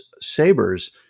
sabers